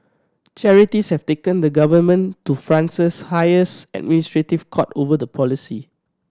charities have taken the government to France's highest administrative court over the policy